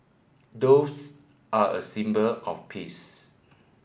doves are a symbol of peace